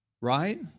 right